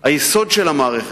היסוד של המערכת,